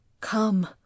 Come